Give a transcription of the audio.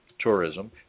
tourism